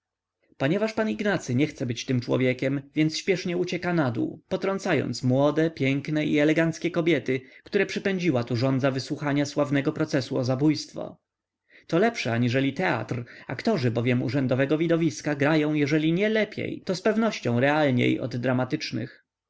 ponieważ pan ignacy nie chce być tym człowiekiem więc śpiesznie ucieka nadół potrącając młode piękne i eleganckie kobiety które przypędziła tu żądza wysłuchania sławnego procesu o zabójstwo to lepsze aniżeli teatr aktorzy bowiem urzędowego widowiska grają jeżeli nie lepiej to z pewnością realniej od dramatycznych